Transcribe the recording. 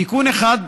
תיקון אחד,